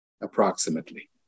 approximately